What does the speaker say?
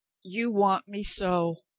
you want me so?